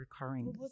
recurring